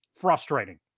frustrating